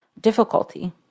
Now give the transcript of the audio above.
difficulty